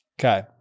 Okay